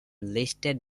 listed